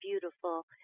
beautiful